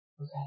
Okay